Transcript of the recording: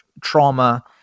trauma